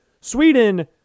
Sweden